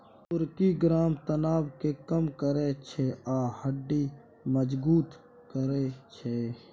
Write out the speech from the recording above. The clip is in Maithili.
तुर्किश ग्राम तनाब केँ कम करय छै आ हड्डी मजगुत करय छै